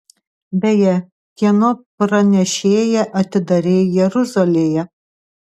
beje kieno pranešėją atidarei jeruzalėje